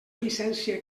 llicència